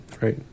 Right